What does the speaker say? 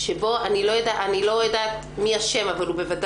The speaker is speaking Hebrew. שאני לא יודעת מי אשם בו,